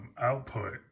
output